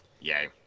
Yay